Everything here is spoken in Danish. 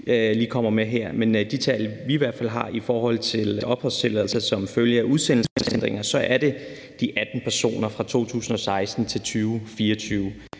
Bjørn kommer med her. Men ifølge de tal, vi i hvert fald har i forhold til opholdstilladelser som følge af udsendelseshindringer, så er det 18 personer fra 2016 til 2024.